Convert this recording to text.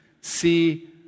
see